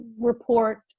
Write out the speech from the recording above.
report